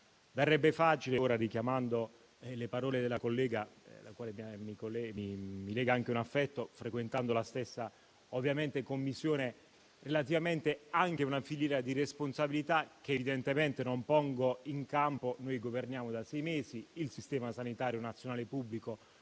Verrebbe facile ora, richiamando le parole della collega, alla quale mi lega anche un affetto frequentando la stessa Commissione, parlare di una filiera di responsabilità, che evidentemente non pongo in campo. Noi governiamo da sei mesi e il Sistema sanitario nazionale pubblico